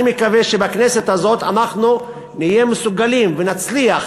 אני מקווה שבכנסת הזאת אנחנו נהיה מסוגלים ונצליח